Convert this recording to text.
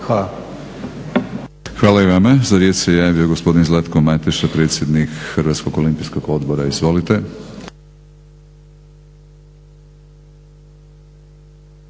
(HNS)** Hvala i vama. Za riječ se javio gospodin Zlatko Mateša, predsjednik Hrvatskog olimpijskog odbora. Izvolite.